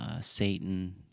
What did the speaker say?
Satan